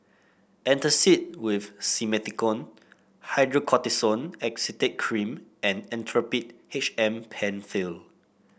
Antacid with Simethicone Hydrocortisone Acetate Cream and Actrapid H M Penfill